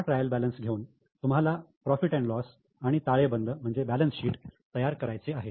हा trial balance घेऊन तुम्हाला profit and loss account profit loss account आणि ताळेबंद तयार करायचे आहे